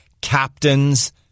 captains